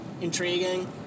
intriguing